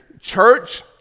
church